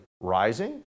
rising